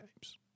games